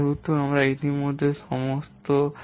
যেহেতু আপনারা ইতিমধ্যে সমস্ত সংজ্ঞায়িত করেছেন